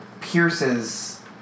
Pierces